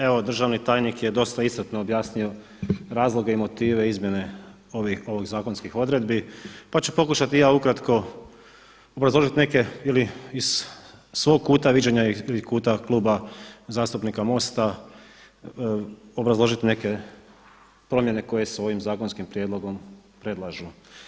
Evo državni tajnik je dosta iscrpno objasnio razloge i motive izmjene ovih zakonskih odredbi pa ću pokušati i ja ukratko obrazložiti neke ili iz svog kuta viđenja ili kuta Kluba zastupnika MOST-a obrazložiti neke promjene koje se ovim zakonskim prijedlogom predlažu.